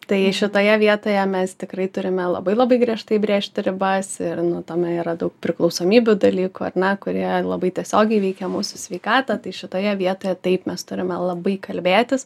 tai šitoje vietoje mes tikrai turime labai labai griežtai brėžti ribas ir nu tame yra daug priklausomybių dalykų ar ne kurie labai tiesiogiai veikia mūsų sveikatą tai šitoje vietoje taip mes turime labai kalbėtis